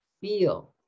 Feel